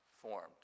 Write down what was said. formed